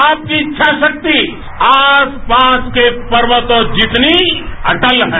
आपकी इच्छाशक्ति आसपास के पर्वतों जितनी अटल है